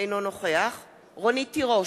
אינו נוכח רונית תירוש,